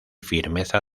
firmeza